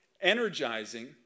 energizing